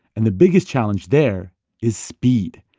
and the biggest challenge there is speed.